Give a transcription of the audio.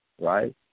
right